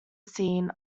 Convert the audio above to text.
scene